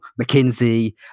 McKinsey